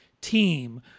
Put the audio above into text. team